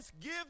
give